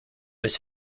his